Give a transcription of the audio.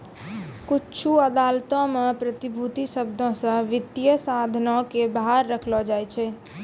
कुछु अदालतो मे प्रतिभूति शब्दो से वित्तीय साधनो के बाहर रखलो जाय छै